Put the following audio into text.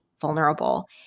vulnerable